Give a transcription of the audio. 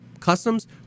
Customs